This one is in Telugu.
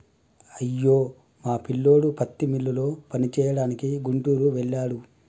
అయ్యో మా పిల్లోడు పత్తి మిల్లులో పనిచేయడానికి గుంటూరు వెళ్ళాడు